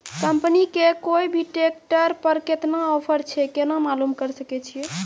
Company के कोय भी ट्रेक्टर पर केतना ऑफर छै केना मालूम करऽ सके छियै?